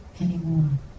anymore